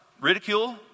ridicule